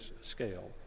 scale